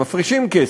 הם מפרישים כסף,